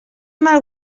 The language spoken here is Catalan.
mal